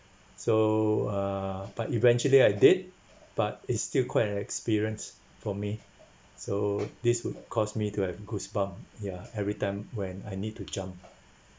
so uh but eventually I did but it's still quite an experience for me so this would cost me to have goosebump ya every time when I need to jump